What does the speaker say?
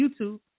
YouTube